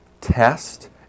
test